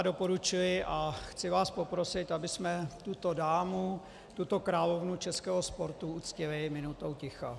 Doporučuji a chci vás poprosit, abychom tuto dámu, tuto královnu českého sportu, uctili minutou ticha.